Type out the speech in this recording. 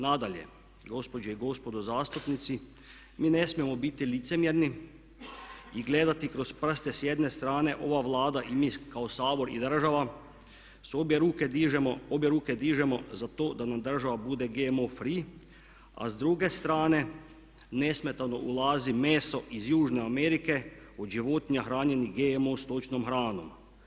Nadalje, gospođo i gospode zastupnici, mi ne smijemo biti licemjerni i gledati kroz prste s jedne strane, ova Vlada i mi kao sabor i država obje ruke dižemo za to da nam država bude GMO free a s druge strane nesmetano ulazi meso iz Južne Amerike od životinja hranjenih GMO stočnom hranom.